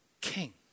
king